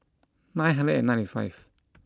nine hundred and ninety five